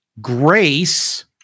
Grace